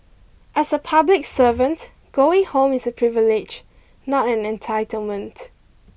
as a public servant going home is a privilege not an entitlement